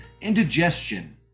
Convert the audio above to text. indigestion